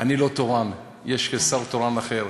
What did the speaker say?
אני לא תורן, יש שר תורן אחר.